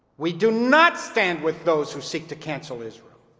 we do not stand with those who seek to cancel israel,